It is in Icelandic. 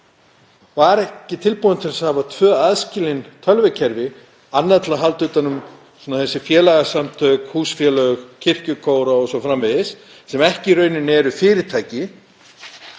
var ekki tilbúinn til að hafa tvö aðskilin tölvukerfi, annað til að halda utan um þessi félagasamtök, húsfélög, kirkjukóra o.s.frv., sem eru ekki í rauninni fyrirtæki,